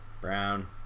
Brown